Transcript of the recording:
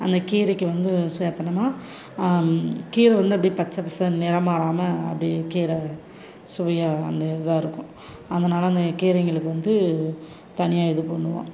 அந்த கீரைக்கு வந்து சேர்த்தமுன்னா கீரை வந்து அப்படியே பச்சை பசேர்னு நிறம் மாறாமல் அப்படியே கீரை சுவையாக அந்த இதாக இருக்கும் அதனால் வந்து கீரைங்களுக்கு வந்து தனியாக இது பண்ணுவோம்